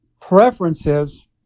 preferences